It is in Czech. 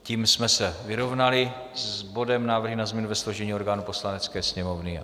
Tím jsme se vyrovnali s bodem Návrh na změnu ve složení orgánů Poslanecké sněmovny.